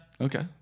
Okay